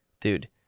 Dude